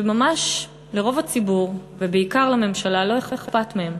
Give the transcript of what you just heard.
שממש לרוב הציבור, ובעיקר לממשלה, לא אכפת מהם.